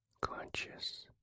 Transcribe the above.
Conscious